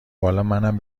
بالامنم